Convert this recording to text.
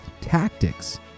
Tactics